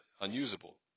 unusable